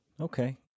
Okay